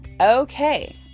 Okay